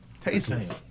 tasteless